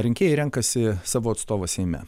rinkėjai renkasi savo atstovą seime